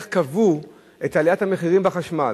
איך קבעו את עליית המחירים בחשמל.